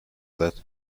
that